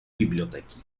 biblioteki